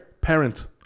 parent